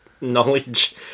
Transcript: knowledge